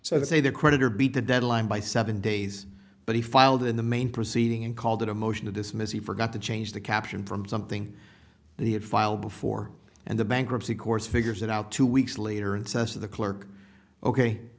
they say the creditor beat the deadline by seven days but he filed in the main proceeding and called it a motion to dismiss he forgot to change the caption from something that he had filed before and the bankruptcy courts figures it out two weeks later and says to the clerk ok